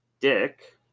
Dick